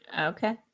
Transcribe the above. Okay